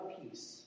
peace